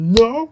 no